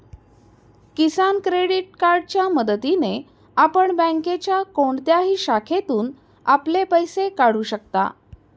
किसान credit कार्डच्या मदतीने आपण बँकेच्या कोणत्याही शाखेतून आपले पैसे काढू शकता